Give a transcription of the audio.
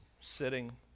sitting